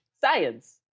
science